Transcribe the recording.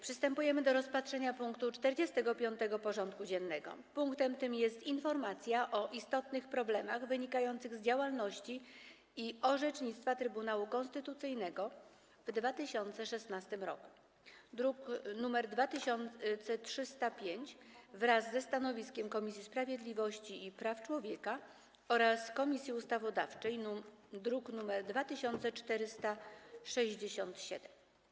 Przystępujemy do rozpatrzenia punktu 45. porządku dziennego: Informacja o istotnych problemach wynikających z działalności i orzecznictwa Trybunału Konstytucyjnego w 2016 roku (druk nr 2305) wraz ze stanowiskiem Komisji Sprawiedliwości i Praw Człowieka oraz Komisji Ustawodawczej (druk nr 2467)